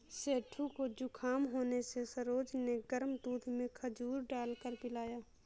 सेठू को जुखाम होने से सरोज ने गर्म दूध में खजूर डालकर पिलाया